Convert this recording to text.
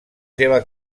seva